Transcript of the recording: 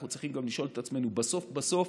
אנחנו צריכים גם לשאול את עצמנו: בסוף בסוף,